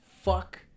fuck